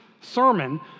sermon